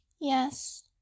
Yes